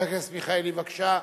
חבר הכנסת מיכאלי, בבקשה.